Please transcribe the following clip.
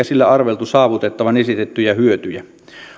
sillä arveltu saavutettavan esitettyjä hyötyjä